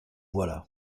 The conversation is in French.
voilà